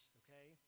okay